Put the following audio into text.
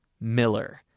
Miller